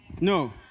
No